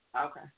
Okay